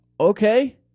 Okay